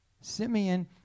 Simeon